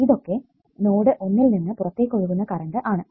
ഇതൊക്കെ നോഡ് ഒന്നിൽ നിന്ന് പുറത്തേക്ക് ഒഴുകുന്ന കറണ്ട് ആണ്